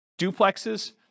duplexes